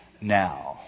now